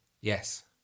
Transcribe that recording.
Yes